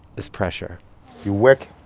this pressure you work.